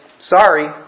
sorry